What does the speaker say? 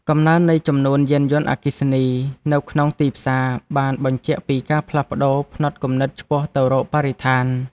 កំណើននៃចំនួនយានយន្តអគ្គិសនីនៅក្នុងទីផ្សារបានសបញ្ជាក់ពីការផ្លាស់ប្តូរផ្នត់គំនិតឆ្ពោះទៅរកបរិស្ថាន។